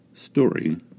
Story